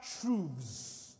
truths